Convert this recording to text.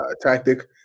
tactic